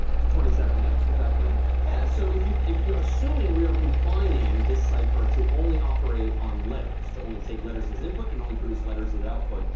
there's twenty seven. yep, exactly. yeah, so if if you're assuming we're confining this cipher to only operate on letters, to only take letters as input and only produce letters as output,